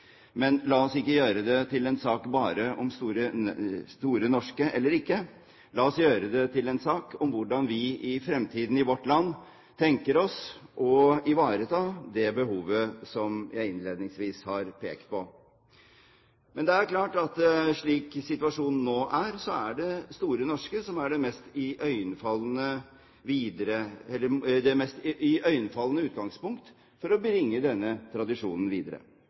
men la oss ikke gjøre det til bare en sak om vi skal ha Store norske eller ikke, la oss gjøre det til en sak om hvordan vi i vårt land i fremtiden tenker oss å ivareta det behovet som jeg innledningsvis pekte på. Men det er klart at slik situasjonen nå er, så er Store norske det mest iøynefallende utgangspunktet for å bringe denne tradisjonen videre.